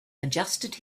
adjusted